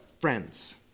friends